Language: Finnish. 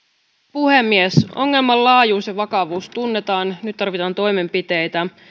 puhemies ongelman laajuus ja vakavuus tunnetaan nyt tarvitaan toimenpiteitä